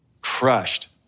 Crushed